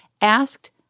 asked